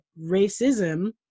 racism